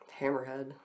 hammerhead